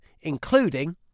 including